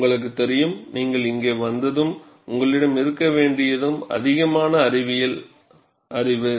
உங்களுக்குத் தெரியும் நீங்கள் இங்கு வந்ததும் உங்களிடம் இருக்க வேண்டியது அதிகமான அறிவியல் அறிவு